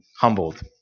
humbled